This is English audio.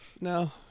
No